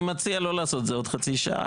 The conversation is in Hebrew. אני מציע לא לעשות את זה עוד חצי שעה,